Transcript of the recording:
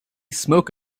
smoke